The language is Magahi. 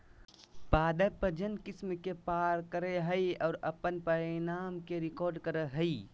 पादप प्रजनन किस्म के पार करेय हइ और अपन परिणाम के रिकॉर्ड करेय हइ